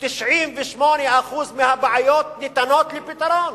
ש-98% מהבעיות ניתנות לפתרון.